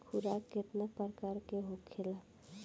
खुराक केतना प्रकार के होखेला?